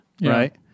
right